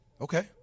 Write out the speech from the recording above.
Okay